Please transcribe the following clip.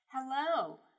Hello